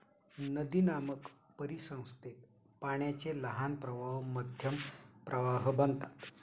नदीनामक परिसंस्थेत पाण्याचे लहान प्रवाह मध्यम प्रवाह बनतात